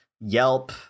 Yelp